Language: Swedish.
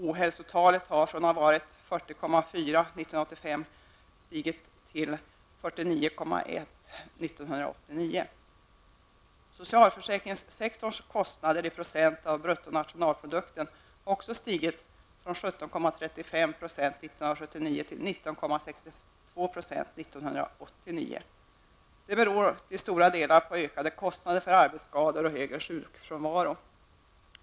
Ohälsotalet har från att år 1985 ha varit 40,4 stigit till 49,1 år 1989. Socialförsäkringssektorns kostnader i procent av bruttonationalprodukten har också stigit, från 17,35 % år 1979 till 19,62 % år 1989. Detta beror till stora delar på ökade kostnader för arbetsskador och högre sjukfrånvaro.